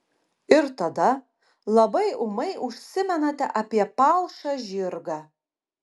ir tada labai ūmai užsimenate apie palšą žirgą